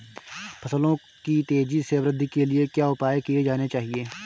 फसलों की तेज़ी से वृद्धि के लिए क्या उपाय किए जाने चाहिए?